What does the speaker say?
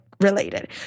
related